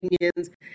opinions